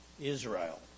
Israel